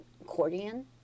accordion